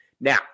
Now